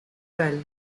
well